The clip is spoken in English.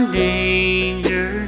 danger